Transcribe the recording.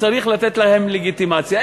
וצריך לתת להן לגיטימציה.